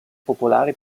popolari